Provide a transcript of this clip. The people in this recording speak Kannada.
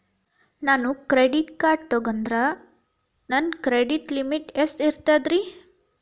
ನಾನು ಕ್ರೆಡಿಟ್ ಕಾರ್ಡ್ ತೊಗೊಂಡ್ರ ನನ್ನ ಕ್ರೆಡಿಟ್ ಲಿಮಿಟ್ ಎಷ್ಟ ಇರ್ತದ್ರಿ?